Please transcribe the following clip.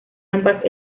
ambas